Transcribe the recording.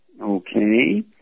Okay